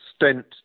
extent